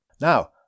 Now